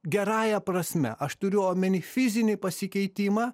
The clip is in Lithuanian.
gerąja prasme aš turiu omeny fizinį pasikeitimą